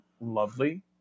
lovely